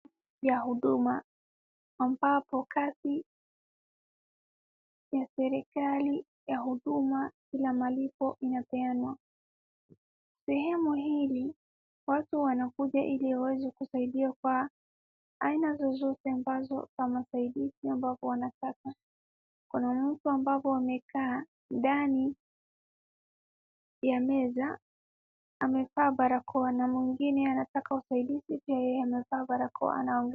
Ya huduma, ambapo kazi ya serikali ya huduma bila malipo inapeanwa. Sehemu hili, watu wanakuja ili waweze kusaidiwa kwa aina zozote ambazo za msaada ambazo wanataka. Kuna mtu ambapo amekaa ndani ya meza, amevaa barakoa na mwingine anataka usaidizi pia yeye amevaa barakoa.